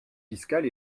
fiscales